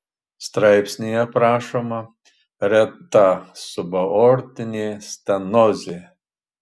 straipsnyje aprašoma reta subaortinė stenozė